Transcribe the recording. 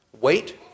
wait